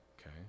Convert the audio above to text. Okay